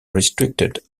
restricted